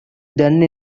done